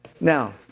Now